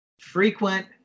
frequent